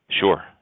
Sure